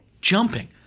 jumping